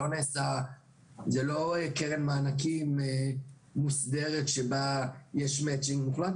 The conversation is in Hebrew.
זו לא קרן מענקים מוסדרת שבה יש מצ'ינג מוחלט,